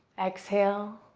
exhale.